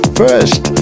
first